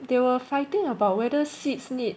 they were fighting about whether seeds need